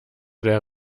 der